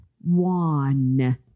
one